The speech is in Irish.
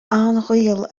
ghaol